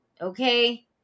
okay